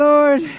Lord